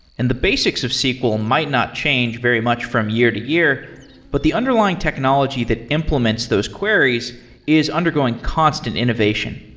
and the basics of sql might not change very much from year-to-year, but the underlying technology that implements those queries is undergoing constant innovation.